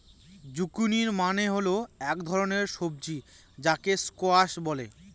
zucchini মানে হল এক ধরনের সবজি যাকে স্কোয়াশ বলে